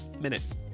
minutes